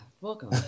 Welcome